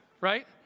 Right